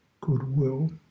goodwill